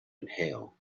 inhale